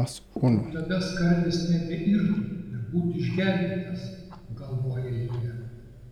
juk tada skardis nebeirtų ir būtų išgelbėtas galvoja jie